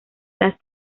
las